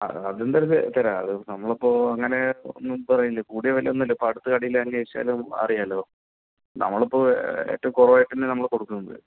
ആ അത് എന്തായാലും തരാം അത് നമ്മൾ ഇപ്പോൾ അങ്ങനെ ഒന്നും പറയുന്നില്ല കൂടിയ വില ഒന്നും ഇല്ല ഇപ്പോൾ അടുത്ത കടയിൽ അന്വേഷിച്ചാലും അറിയാല്ലോ നമ്മൾ ഇപ്പോൾ ഏറ്റവും കുറവായിട്ട് തന്നെ കൊടുക്കുന്നുണ്ട്